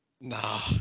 Nah